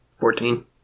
Fourteen